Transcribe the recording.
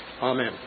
Amen